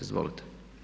Izvolite.